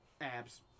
abs